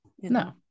No